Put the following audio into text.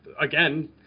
again